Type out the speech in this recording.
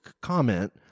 comment